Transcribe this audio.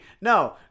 no